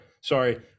sorry